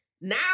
now